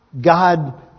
God